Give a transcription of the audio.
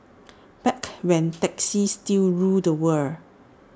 back when taxis still ruled the world